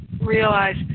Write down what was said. realize